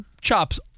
chops